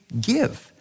give